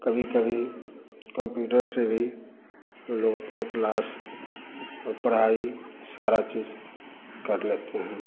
कभी कभी कम्प्यूटर से भी लोग अपनी क्लास और पढ़ाई सारी चीज़ कर लेते हैं